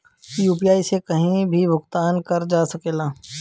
UPI से कहीं भी भुगतान कर जा सकेला?